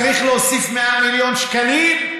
צריך להוסיף 100 מיליון שקלים?